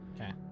Okay